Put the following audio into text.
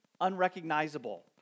unrecognizable